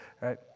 right